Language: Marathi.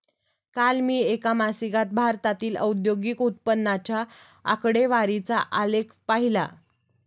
काल मी एका मासिकात भारतातील औद्योगिक उत्पन्नाच्या आकडेवारीचा आलेख पाहीला